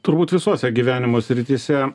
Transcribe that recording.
turbūt visose gyvenimo srityse